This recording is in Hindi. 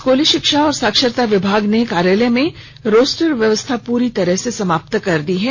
स्कूली शिक्षा एवं साक्षरता विभाग ने कार्यालय में रोस्टर व्यवस्था पूरी तरह से समाप्त कर दी है